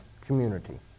community